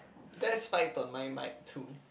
that spiked on my mic too